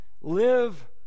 Live